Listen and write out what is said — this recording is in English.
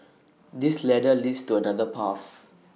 this ladder leads to another path